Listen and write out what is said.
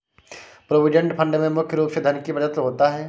provident fund में मुख्य रूप से धन ही प्रदत्त होता है